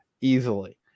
easily